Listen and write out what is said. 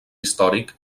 històric